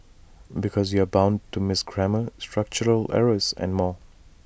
because you're bound to miss grammar structural errors and more